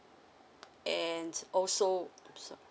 and also sa~